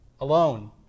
alone